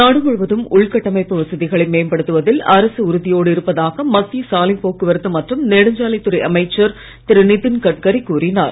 நாடுமுழுவதும் உள்கட்டமைப்புவசதிகளைமேம்படுத்துவதில்அரசுஉறுதியோடுஇருப்பதா கமத்தியசாலைப்போக்குவரத்துமற்றும்நெடுஞ்சாலைத்துறைஅமைச்சர்திரு நித்தின்கட்கரிகூறினார்